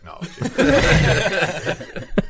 technology